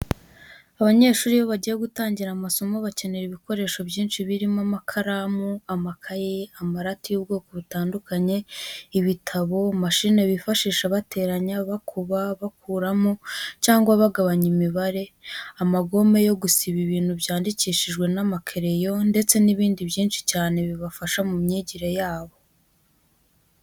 Abanyeshuri iyo bagiye gutangira masomo bakenera ibikoresho byinshi birimo amakaramu, amakayi, amarati y'ubwoko butandukanye, ibitabo, mashine bifashisha bateranya, bakuba, bakuramo cyangwa bagabanya imibare, amagome yo gusiba ibintu byandikishijwe n'amakereyo ndetse n'ibindi byinshi cyane bibafasha mu myigire yabo.